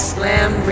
Slam